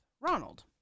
Ronald